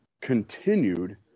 continued